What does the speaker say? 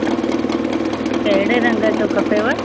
कहिड़े रंग जो खपेव